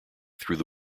through